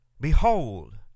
behold